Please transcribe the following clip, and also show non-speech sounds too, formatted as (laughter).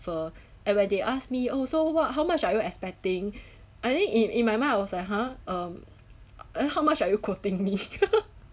offer and when they ask me oh so what how much are you expecting I think in in my mind I was like !huh! um uh how much are you quoting me (laughs)